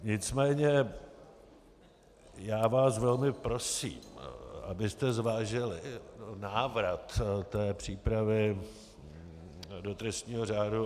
Nicméně já vás velmi prosím, abyste zvážili návrat přípravy do trestního řádu.